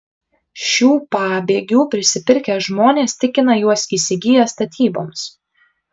šių pabėgių prisipirkę žmonės tikina juos įsigiję statyboms